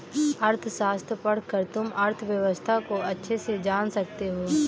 अर्थशास्त्र पढ़कर तुम अर्थव्यवस्था को अच्छे से जान सकते हो